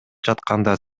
жатканда